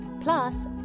Plus